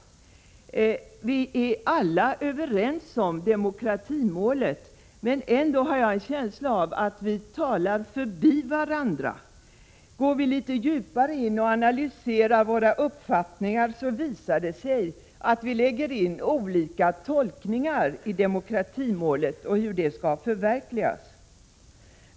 Vi är alla överens om demokratimålet, men jag har ändå en känsla av att vi talar förbi varandra. Går vi litet djupare in och analyserar våra uppfattningar, visar det sig att vi lägger in olika tolkningar i demokratimålet och i fråga om hur det skall förverkligas.